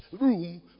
room